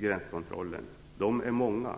gränskontrollen. De är många.